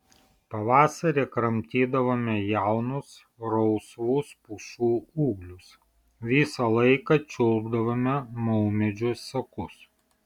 pavasarį kramtydavome jaunus rausvus pušų ūglius visą laiką čiulpdavome maumedžių sakus